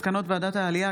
מסקנות ועדת העלייה,